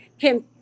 kim